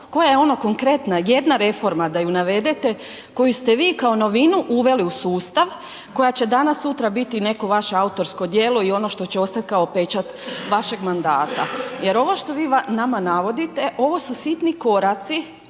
koja je ono konkretna, jedna reforma da ju navedete koju ste vi kao novinu uveli u sustava koja će danas sutra biti neko vaše autorsko djelo i ono što će ostati kao pečat vašeg mandata. Jer ovo što vi nama navodite, ovo su sitni koraci